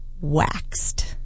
waxed